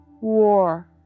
war